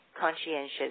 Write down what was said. conscientious